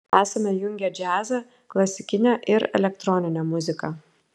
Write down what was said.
esame jungę džiazą klasikinę ir elektroninę muziką